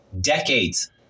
decades